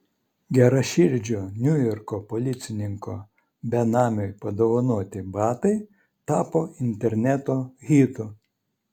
geraširdžio niujorko policininko benamiui padovanoti batai tapo interneto hitu